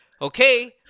Okay